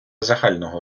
загального